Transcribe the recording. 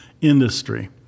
industry